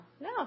No